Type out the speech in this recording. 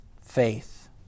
faith